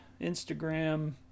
Instagram